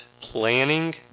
planning